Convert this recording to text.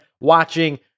watching